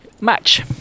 match